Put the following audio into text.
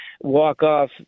walk-off